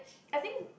I think